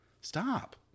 Stop